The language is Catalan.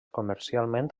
comercialment